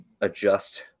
adjust